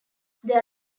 there